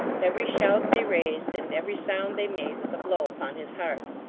every shout they raised, and every sound they made, was a blow upon his heart.